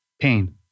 pain